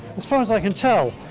as far as i can tell,